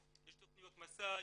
יש תכניות מסע,